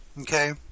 okay